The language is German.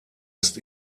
ist